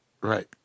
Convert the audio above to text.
right